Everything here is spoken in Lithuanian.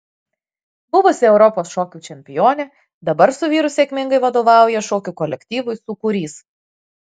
buvusi europos šokių čempionė dabar su vyru sėkmingai vadovauja šokių kolektyvui sūkurys